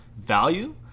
value